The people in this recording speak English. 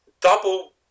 Double